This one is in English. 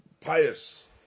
pious